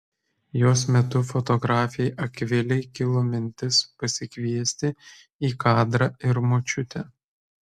jos metu fotografei akvilei kilo mintis pasikviesti į kadrą ir močiutę